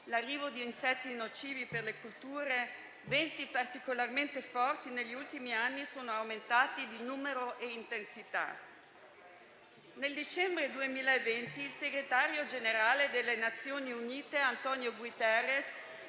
arrivo di insetti nocivi per le colture e venti particolarmente forti negli ultimi anni sono aumentati di numero e di intensità. Nel dicembre 2020 il segretario generale delle Nazioni Unite António Guterres